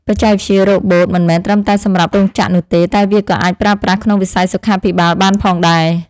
បច្ចេកវិទ្យារ៉ូបូតមិនមែនត្រឹមតែសម្រាប់រោងចក្រនោះទេតែវាក៏អាចប្រើប្រាស់ក្នុងវិស័យសុខាភិបាលបានផងដែរ។